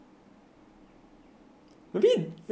maybe maybe it's like a competition eh